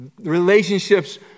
relationships